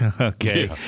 Okay